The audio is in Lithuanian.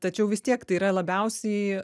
tačiau vis tiek tai yra labiausiai